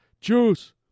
Juice